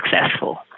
successful